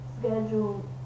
schedule